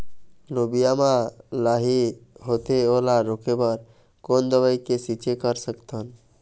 लोबिया मा लाही होथे ओला रोके बर कोन दवई के छीचें कर सकथन?